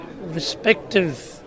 respective